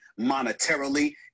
monetarily